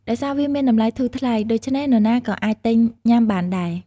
ដោយសារវាមានតម្លៃធូរថ្លៃ ដូច្នេះនរណាក៏អាចទិញញុំាបានដែរ។